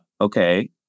Okay